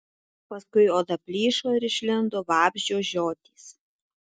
paskui oda plyšo ir išlindo vabzdžio žiotys